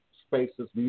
spaces